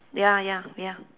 ya ya ya